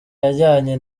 yajyanye